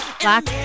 Black